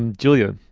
um julia,